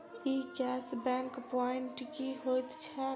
ई cash back point की होइत छैक?